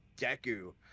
deku